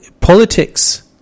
politics